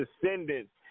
descendants